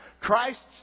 Christ's